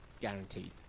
guaranteed